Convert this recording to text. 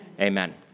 Amen